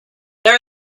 there